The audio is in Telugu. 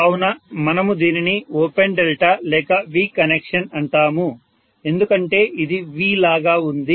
కావున మనము దీనిని ఓపెన్ డెల్టా లేక V కనెక్షన్ అంటాము ఎందుకంటే ఇది V లాగా ఉంది